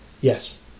Yes